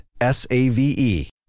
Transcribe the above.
S-A-V-E